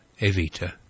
Evita